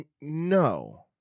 no